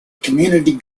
community